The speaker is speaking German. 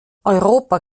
europa